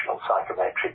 psychometric